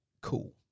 cool